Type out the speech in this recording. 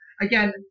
Again